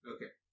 Okay